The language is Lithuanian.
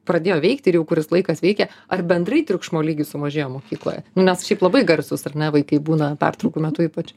pradėjo veikti ir jau kuris laikas veikia ar bendrai triukšmo lygis sumažėjo mokykloje nes šiaip labai garsūs ar ne vaikai būna pertraukų metu ypač